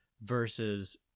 versus